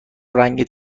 رنگت